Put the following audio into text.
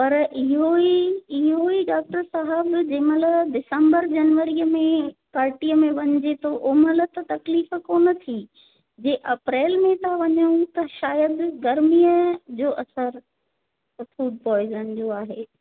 पर इहो ई इहो ई डॉक्टर साहिबु जंहिं महिल डिसम्बर जनवरीअ में पार्टीअ में वञिजे ओमहिल त तकलीफ़ु कोन थी जे अप्रैल में था वञऊं त शायदि गर्मीअ जो असरु त फुड पॉइज़न जो आहे